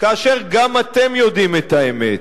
כאשר גם אתם יודעים את האמת,